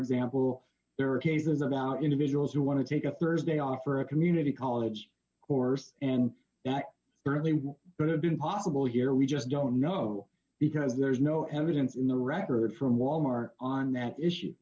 example there are cases about individuals who want to take up thursday offer a community college course and that apparently been possible here we just don't know because there's no evidence in the records from wal mart on that issue